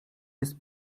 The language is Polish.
jest